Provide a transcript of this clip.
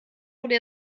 wurde